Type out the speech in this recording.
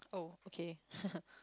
oh okay